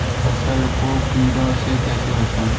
फसल को कीड़ों से कैसे बचाएँ?